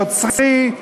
נוצרי,